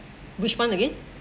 which one again